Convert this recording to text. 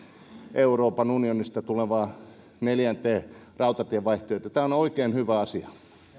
euroopan unionista tulevaan neljänteen rautatiepakettiin että tämä on oikein hyvä asia